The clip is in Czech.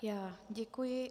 Já děkuji.